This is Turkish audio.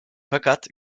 fakat